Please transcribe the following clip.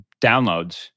downloads